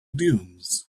dunes